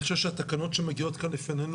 אני חושב שהתקנות שמגיעות כאן לפנינו